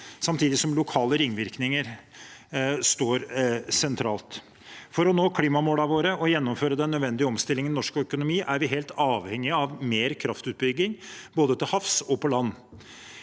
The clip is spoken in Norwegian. samtidig som lokale ringvirkninger står sentralt. For å nå klimamålene våre og gjennomføre den nødvendige omstillingen i norsk økonomi er vi helt avhengige av mer kraftutbygging, både til havs og på land.